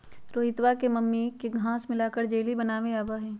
रोहितवा के मम्मी के घास्य मिलाकर जेली बनावे आवा हई